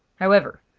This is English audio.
however,